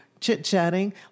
chit-chatting